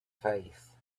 face